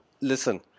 listen